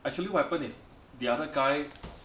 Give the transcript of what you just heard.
actually what happened is the other guy